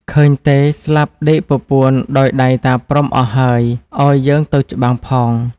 ឃើញទេ ស្លាប់ដេកពពួនដោយដៃតាព្រហ្មអស់ហើយ ឱ្យយើងទៅច្បាំងផង។